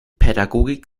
pädagogik